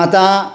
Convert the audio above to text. आतां